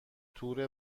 تور